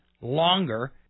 longer